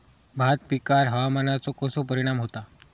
भात पिकांर हवामानाचो कसो परिणाम होता?